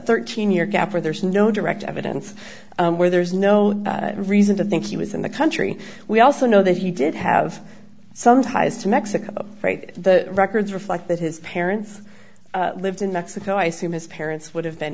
thirteen year gap where there's no direct evidence where there's no reason to think he was in the country we also know that he did have some ties to mexico right the records reflect that his parents lived in mexico i assume his parents would have been